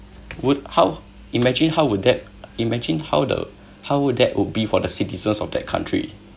would how imagine how would that imagine how the how would that would be for the citizens of that country